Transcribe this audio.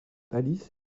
alice